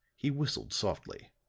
he whistled softly.